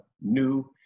new